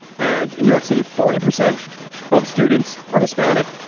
and in new york city, forty percent of students are hispanic,